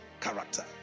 character